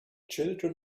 children